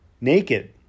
naked